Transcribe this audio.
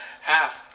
half